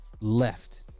left